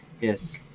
Yes